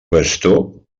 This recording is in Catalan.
bastó